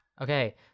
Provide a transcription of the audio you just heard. okay